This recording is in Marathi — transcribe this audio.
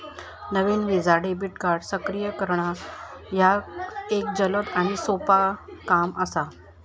नवीन व्हिसा डेबिट कार्ड सक्रिय करणा ह्या एक जलद आणि सोपो काम असा